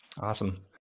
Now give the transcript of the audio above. Awesome